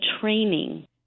training